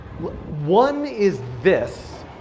one is this,